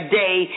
day